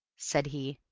said he,